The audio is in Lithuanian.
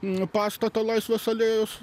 pastato laisvės alėjos